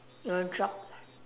you'll drop